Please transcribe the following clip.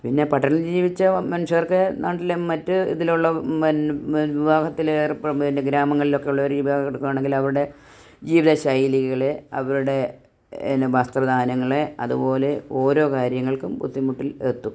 പിന്നെ പട്ടണത്തിൽ ജീവിച്ച മനുഷ്യർക്ക് നാട്ടിലെ മറ്റ് ഇതിലുള്ള പിന്നെ വിവാഹത്തില് ഏർപ്പെടാൻ പിന്നെ ഗ്രാമങ്ങളിലൊക്കെ ഉള്ളവര് വിവാഹം എടുക്കുവാണെങ്കില് അവരുടെ ജീവിത ശൈലികളെ അവരുടെ പിന്ന വസ്ത്രധാനങ്ങളെ അതുപോലെ ഓരോ കാര്യങ്ങൾക്കും ബുദ്ധിമുട്ടിൽ എത്തും